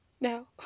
no